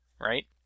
right